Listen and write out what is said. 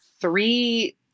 three